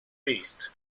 missed